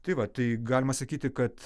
tai va tai galima sakyti kad